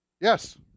Yes